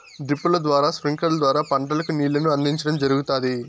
డ్రిప్పుల ద్వారా స్ప్రింక్లర్ల ద్వారా పంటలకు నీళ్ళను అందించడం జరుగుతాది